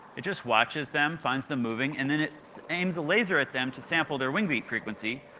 it just watches them, finds them moving and then it aims a laser at them to sample their wing beat frequency.